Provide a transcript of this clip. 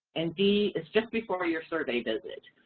and d is just before your survey visit.